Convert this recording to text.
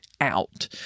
out